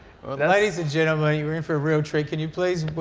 ladies and gentlemen you're in for a real treat, can you please